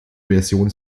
version